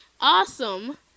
awesome